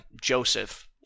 Joseph